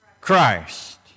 Christ